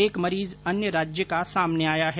एक मरीज अन्य राज्य का सामने आया है